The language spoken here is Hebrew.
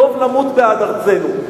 "טוב למות בעד ארצנו".